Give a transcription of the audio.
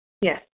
Yes